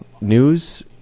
news